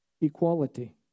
equality